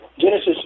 Genesis